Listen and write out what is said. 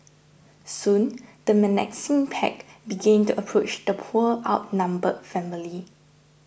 soon the menacing pack began to approach the poor outnumbered family